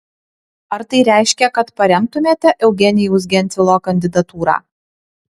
ar tai reiškia kad paremtumėte eugenijaus gentvilo kandidatūrą